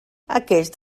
aquest